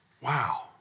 Wow